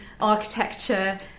architecture